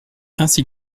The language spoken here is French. ainsi